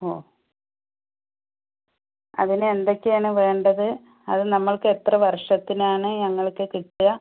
ഓ അതിനു എന്തൊക്കെയാണ് വേണ്ടത് അത് നമ്മൾക്ക് എത്ര വർഷത്തിനാണ് ഞങ്ങൾക്ക് കിട്ടുക